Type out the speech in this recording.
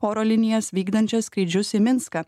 oro linijas vykdančias skrydžius į minską